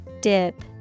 Dip